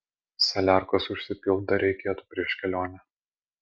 saliarkos užsipilt dar reikėtų prieš kelionę